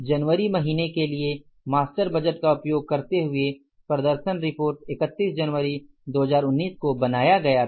जनवरी महीने के लिए मास्टर बजट का उपयोग करते हुए प्रदर्शन रिपोर्ट 31 जनवरी 2019 को बनाया गया था